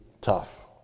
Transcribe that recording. tough